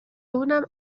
اونم